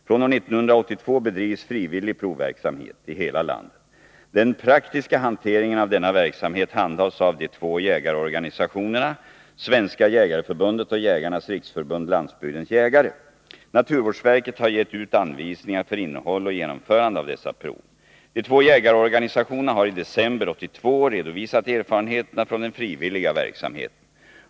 Från år 1982 bedrivs frivillig provverksamhet i hela landet. Den praktiska hanteringen av denna verksamhet handhas av de två jägarorganisationerna, Svenska jägareförbundet och Jägarnas riksförbund-Landsbygdens jägare. Naturvårdsverket har gett ut anvisningar för innehåll och genomförande av dessa prov. De två jägarorganisationerna har i december 1982 redovisat erfarenheterna från den frivilliga verksamheten.